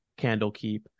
Candlekeep